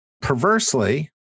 perversely